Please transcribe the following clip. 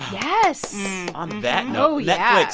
yes on that note. oh, yeah